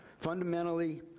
fundamentally,